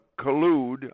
collude